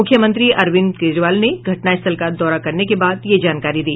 मुख्यमंत्री अरविन्द केजरीवाल ने घटनास्थल का दौरा करने के बाद यह जानकारी दी